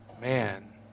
Man